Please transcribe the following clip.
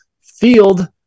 FIELD